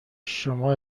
شما